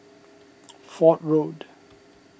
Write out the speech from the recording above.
Fort Road